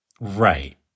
right